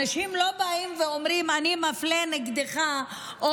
אנשים לא באים ואומרים: אני מפלה נגדך או